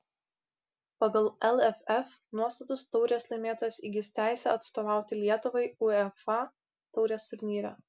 pagal lff nuostatus taurės laimėtojas įgis teisę atstovauti lietuvai uefa taurės turnyre